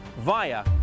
via